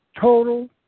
total